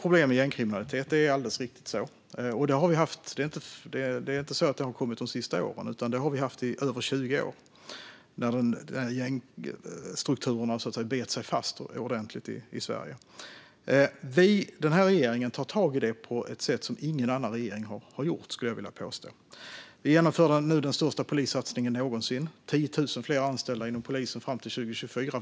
Det är alldeles riktigt att vi har problem med gängkriminalitet. Problemen har inte kommit de senaste åren, utan de problemen har vi haft sedan över 20 år då de här gängstrukturerna bet sig fast ordentligt i Sverige. Den här regeringen tar tag i detta på ett sätt som ingen annan regering har gjort, skulle jag vilja påstå. Vi genomför nu den största polissatsningen någonsin: 10 000 fler anställda inom polisen fram till 2024.